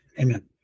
Amen